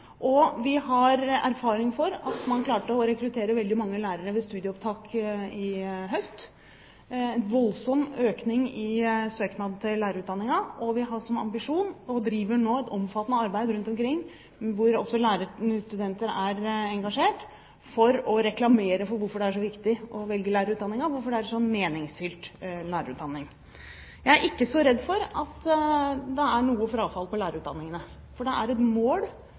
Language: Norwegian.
studieopptak i høst. Det var en voldsom økning i antall søknader til lærerutdanningen. Vi har store ambisjoner, og vi driver nå et omfattende arbeid rundt omkring hvor også lærerstudenter er engasjert for å reklamere for hvorfor det er så viktig å velge lærerutdanningen, hvorfor lærerutdanningen er så meningsfylt. Jeg er ikke så redd for at det er noe frafall i lærerutdanningen, for det er et mål